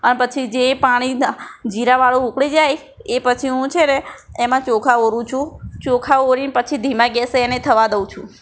અને પછી જે પાણી જીરાવાળું ઉકળી જાય એ પછી હું છે ને એમાં ચોખા ઓરું છું ચોખા ઓરી ને પછી ધીમા ગેસે એને થવા દઉં છું